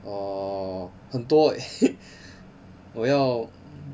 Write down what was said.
urm 很多 我要